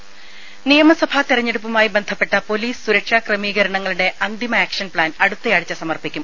രുര നിയമസഭാ തിരഞ്ഞെടുപ്പുമായി ബന്ധപ്പെട്ട പോലീസ് സുരക്ഷാ ക്രമീകരണങ്ങളുടെ അന്തിമ ആക്ഷൻ പ്പാൻ അടുത്തയാഴ്ച സമർപ്പിക്കും